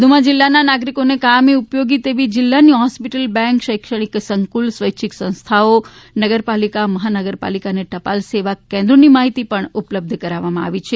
વધુમાં જિલ્લાના નાગરિકોને કાયમી ઉપયોગી તેવી જિલ્લાની હોસ્પિટલ બેંક શૈક્ષણિક સંકુલ સ્વેચ્છિક સંસ્થાઓ નગરપાલિકા મહાનગરપાલિકા અને ટપાલસેવા કેન્દ્રોની માહિતી પણ ઉપલબ્ધ કરવામાં આવી છે